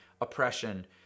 oppression